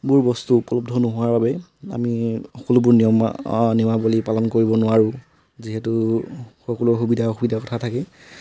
বোৰ বস্তু উপলব্ধ নোহোৱাৰ বাবে আমি সকলোবোৰ নিয়ম নিয়মাৱলী পালন কৰিব নোৱাৰোঁ যিহেতু সকলোৰে সুবিধা অসুবিধাৰ কথা থাকে